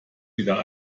wieder